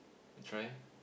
you try